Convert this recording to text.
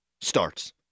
starts